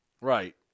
Right